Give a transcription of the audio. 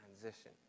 transition